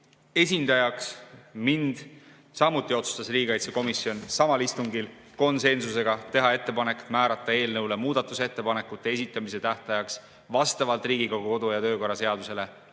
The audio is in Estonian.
esindajaks mind. Samuti tegi riigikaitsekomisjon samal istungil konsensusega otsuse teha ettepanek määrata eelnõu muudatusettepanekute esitamise tähtajaks vastavalt Riigikogu kodu‑ ja töökorra seadusele